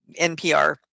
NPR